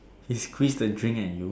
he squeeze the drink at you